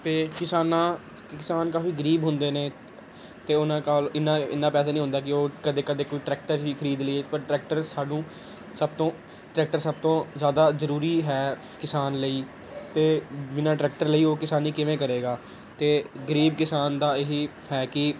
ਅਤੇ ਕਿਸਾਨਾਂ ਕਿਸਾਨ ਕਾਫੀ ਗਰੀਬ ਹੁੰਦੇ ਨੇ ਅਤੇ ਉਹਨਾਂ ਕੋਲ ਇਨਾ ਇੰਨਾ ਪੈਸੇ ਨਹੀਂ ਹੁੰਦਾ ਕਿ ਉਹ ਕਦੇ ਕਦੇ ਕੋਈ ਟਰੈਕਟਰ ਹੀ ਖਰੀਦ ਲਈਏ ਪਰ ਟਰੈਕਟਰ ਸਾਨੂੰ ਸਭ ਤੋਂ ਟਰੈਕਟਰ ਸਭ ਤੋਂ ਜ਼ਿਆਦਾ ਜ਼ਰੂਰੀ ਹੈ ਕਿਸਾਨ ਲਈ ਅਤੇ ਬਿਨਾਂ ਟਰੈਕਟਰ ਲਈ ਉਹ ਕਿਸਾਨੀ ਕਿਵੇਂ ਕਰੇਗਾ ਅਤੇ ਗਰੀਬ ਕਿਸਾਨ ਦਾ ਇਹੀ ਹੈ ਕਿ